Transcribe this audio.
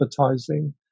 advertising